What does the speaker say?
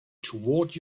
toward